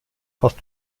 fast